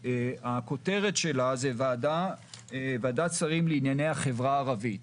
שהכותרת שלה היא ועדת שרים לענייני החברה הערבית.